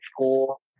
school